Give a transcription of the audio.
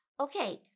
Okay